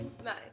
Nice